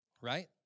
Right